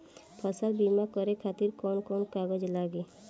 फसल बीमा करे खातिर कवन कवन कागज लागी?